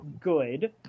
good